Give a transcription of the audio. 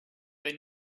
they